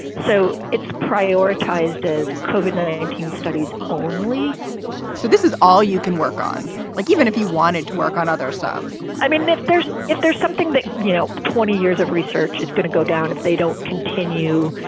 so it's prioritized as cogat nineteen studies only so this is all you can work on, like even if you wanted to work on other stuff i mean, if there's if there's something that, you know, twenty years of research is going to go down, if they don't continue,